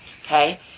Okay